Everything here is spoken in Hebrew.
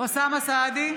אוסאמה סעדי,